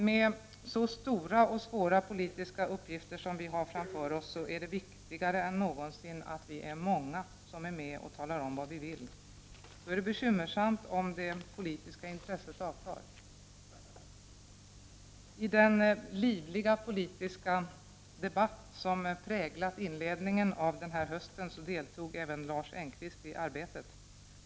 Med så stora och svåra politiska uppgifter som vi har framför oss är det viktigare än någonsin att vi är många som är med och talar om vad vi vill. Då är det bekymmersamt om det politiska intresset avtar. I den livliga politiska debatt som präglat inledningen av denna höst deltog även Lars Engqvist i Arbetet.